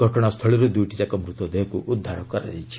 ଘଟଣାସ୍ଥଳୀରୁ ଦୁଇଟିଯାକ ମୃତଦେହକୁ ଉଦ୍ଧାର କରାଯାଇଛି